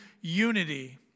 unity